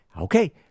okay